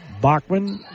Bachman